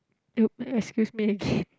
excuse me again